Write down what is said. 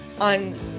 on